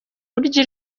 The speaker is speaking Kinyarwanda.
buryo